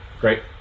Great